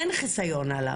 אין חיסיון.